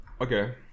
Okay